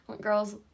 Girls